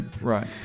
Right